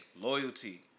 Loyalty